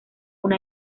una